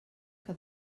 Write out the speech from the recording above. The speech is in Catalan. que